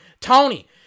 Tony